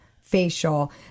facial